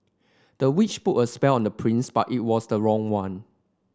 the witch put a spell on the prince but it was the wrong one